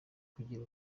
kugira